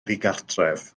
ddigartref